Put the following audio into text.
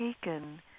taken